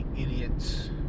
idiots